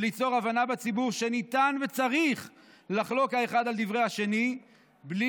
וליצור הבנה בציבור שניתן וצריך לחלוק האחד על דברי השני בלי